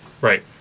Right